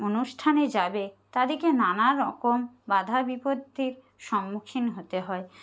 অনুষ্ঠানে যাবে তাদেরকে নানা রকম বাধা বিপত্তির সম্মুখীন হতে হয়